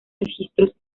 registros